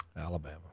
Alabama